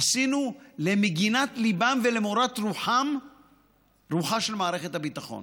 עשינו למגינת ליבם למורת רוחה של מערכת הביטחון.